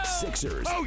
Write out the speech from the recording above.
Sixers